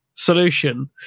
solution